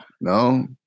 no